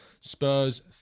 Spurs